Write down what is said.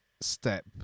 step